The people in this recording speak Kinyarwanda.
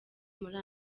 muri